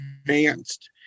advanced